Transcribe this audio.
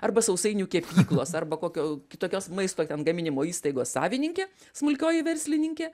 arba sausainių kepyklos arba kokio kitokios maisto gaminimo įstaigos savininkė smulkioji verslininkė